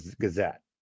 Gazette